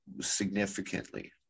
significantly